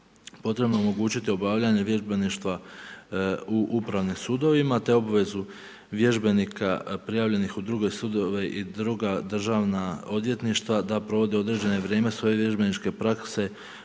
potrebno je omogućiti obavljanje vježbeništva u upravnim sudovima te obvezu vježbenika prijavljenih u druge sudove i druga državna odvjetništva da provode određeno vrijeme svoje vježbeničke prakse